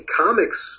comics